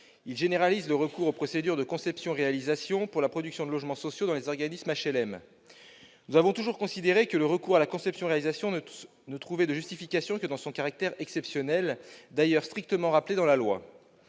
Il généralise le recours aux procédures de conception-réalisation pour la production de logements sociaux par les organismes d'HLM. Nous avons toujours considéré que le recours à la conception-réalisation ne trouvait de justification que dans son caractère exceptionnel, d'ailleurs strictement rappelé par la loi.